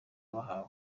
bahawe